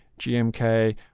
GMK